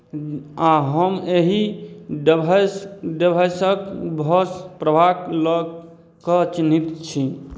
आ हम एहि दवाइ दवाइ सभक प्रभाव लऽ कऽ चिन्तित छी